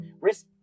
risk